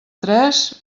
tres